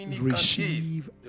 Receive